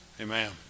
Amen